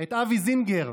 את אבי זינגר,